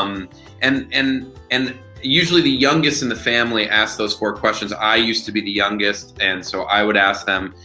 um and and usually the youngest in the family asks those four questions. i used to be the youngest and so i would ask them,